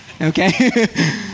okay